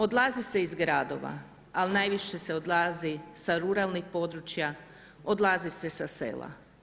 Odlazi se iz gradova, ali najviše se odlazi sa ruralnih područja, odlazi se sa sela.